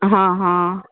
हँ हँ